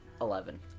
Eleven